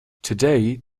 today